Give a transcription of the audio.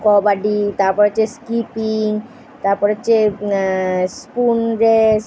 কবাডি তারপর হচ্ছে স্কিপিং তারপর হচ্ছে স্পুন রেস